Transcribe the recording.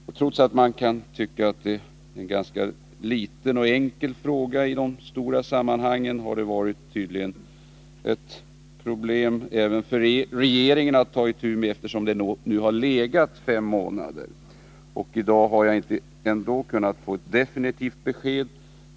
Man kan tycka att detta är en i de stora sammanhangen ganska liten och enkel fråga. Trots detta har det tydligen varit ett problem för regeringen att ta itu med saken — ärendet har legat stilla i fem månader nu. Ändå har jag i dag inte kunnat få ett definitivt besked.